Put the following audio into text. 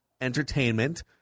Entertainment